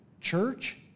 church